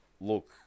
look